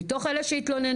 מתוך אלה שהתלוננו,